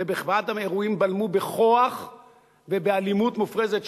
ואת אחד האירועים בלמו בכוח ובאלימות מופרזת,